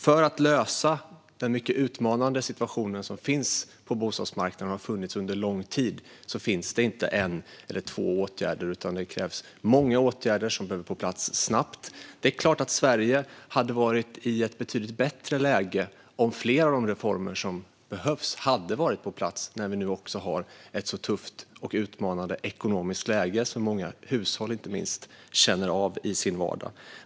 För att lösa den mycket utmanande situationen på bostadsmarknaden - den har funnits under lång tid - räcker det inte med en eller två åtgärder, utan det krävs många åtgärder som behöver komma på plats snabbt. Det är klart att Sverige hade varit i ett betydligt bättre läge om fler av de reformer som behövs hade varit på plats när vi nu också har ett så tufft och utmanande ekonomiskt läge, vilket inte minst många hushåll känner av i sin vardag.